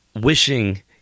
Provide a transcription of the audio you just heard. wishing